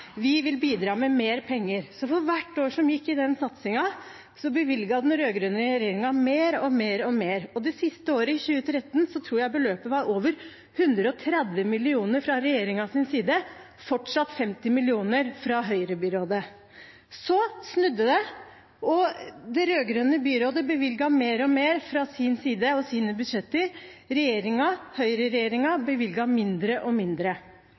bidra med mer penger. Så for hvert år som gikk i den satsingen, bevilget den rød-grønne regjeringen mer og mer og mer, og det siste året, i 2013, tror jeg beløpet var over 130 mill. kr fra regjeringens side. Det var fortsatt 50 mill. kr fra høyrebyrådet. Så snudde det, og det rød-grønne byrådet bevilget mer og mer fra sin side og sine budsjetter. Regjeringen – høyreregjeringen – bevilget mindre og mindre.